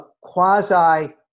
quasi-